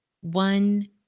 One